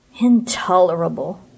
intolerable